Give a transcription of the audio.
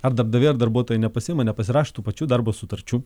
ar darbdaviai ar darbuotojai nepasiima nepasirašo tų pačių darbo sutarčių